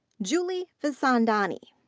juily vasandani.